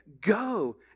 Go